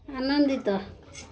ଆନନ୍ଦିତ